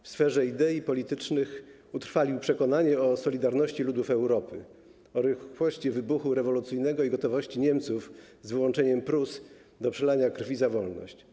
W sferze idei politycznych utrwalił przekonanie o solidarności ludów Europy, o rychłości wybuchu rewolucyjnego i gotowości Niemców - z wyłączeniem Prus - do przelania krwi za wolność.